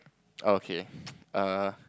okay uh